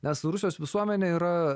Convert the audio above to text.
nes rusijos visuomenė yra